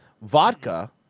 vodka